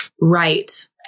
right